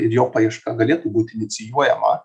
ir jo paieška galėtų būti inicijuojama